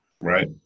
right